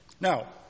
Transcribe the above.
Now